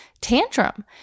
tantrum